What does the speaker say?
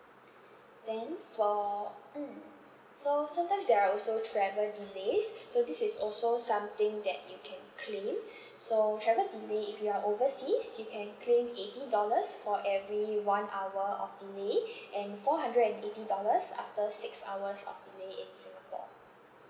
then for mm so sometimes there are also travel delays so this is also something that you can claim so travel delay if you are overseas you can claim eighty dollars for every one hour of delay and four hundred and eighty dollars after six hours of delay in singapore